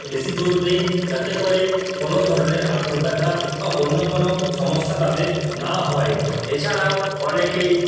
বেশি জোর দেয় যাতে করে কোনো ধরনের হাঁটুর ব্যথা বা অন্য কোনো সমস্যা তাদের না হয় এছাড়াও অনেকেই